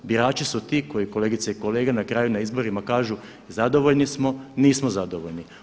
Birači su ti koji kolegice i kolege na kraju na izborima kažu zadovoljni smo, nismo zadovoljni.